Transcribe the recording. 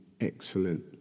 excellent